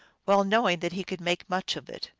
well knowing that he could make much of it.